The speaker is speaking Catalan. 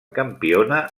campiona